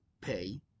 pay